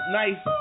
nice